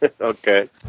Okay